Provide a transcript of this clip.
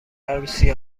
عروسی